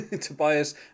tobias